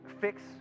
fix